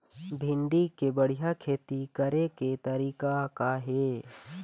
भिंडी के बढ़िया खेती करे के तरीका का हे?